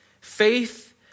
Faith